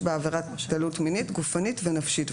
יש בה עבירת התעללות מינית, גופנית ונפשית.